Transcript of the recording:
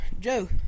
Joe